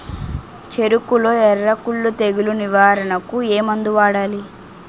చెఱకులో ఎర్రకుళ్ళు తెగులు నివారణకు ఏ మందు వాడాలి?